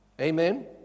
Amen